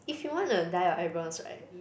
if you wanna dye your eyebrows right